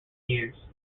years